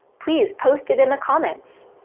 please post it in the comments.